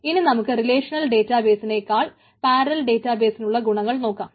ഇനി നമുക്ക് റിലേഷണൽ ഡേറ്റാബേസിനേക്കാൾ പാരലൽ ഡേറ്റാബേസിനുള്ള ഗുണങ്ങൾ നോക്കാം